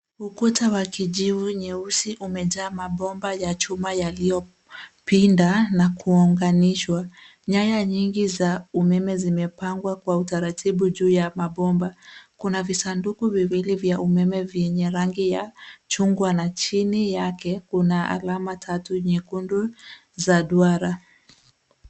Ukuta wa kijivu nyeusi umejaa mabomba ya chuma yaliyopinda na kuunganishwa. Nyaya nyingi za umeme zimepangwa kwa utaratibu juu ya mabomba. Kuna visanduku viwili vya umeme vyenye rangi ya chungwa na chini yake kuna alama tatu nyekundu za duara.